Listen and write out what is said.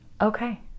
Okay